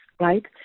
right